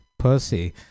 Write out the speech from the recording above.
Pussy